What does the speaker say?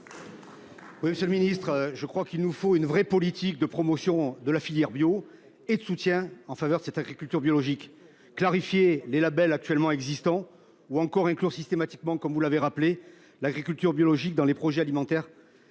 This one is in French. Oui, Monsieur le Ministre, je crois qu'il nous faut une vraie politique de promotion de la filière bio et de soutien en faveur de cette agriculture biologique clarifier les labels actuellement existants ou encore inclure systématiquement comme vous l'avez rappelé, l'agriculture biologique dans les projets alimentaires.